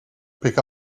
pick